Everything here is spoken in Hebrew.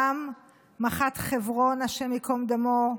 גם מח"ט חברון, השם ייקום דמו,